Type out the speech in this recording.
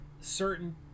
certain